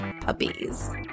puppies